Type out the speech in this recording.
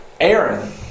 Aaron